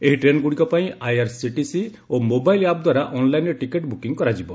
ଏହି ଟ୍ରେନ୍ଗୁଡ଼ିକ ପାଇଁ ଆଇଆର୍ସିଟିସି ଓ ମୋବାଇଲ୍ ଆପ୍ ଦ୍ୱାରା ଅନ୍ଲାଇନ୍ରେ ଟିକେଟ୍ ବୁକିଂ କରାଯିବ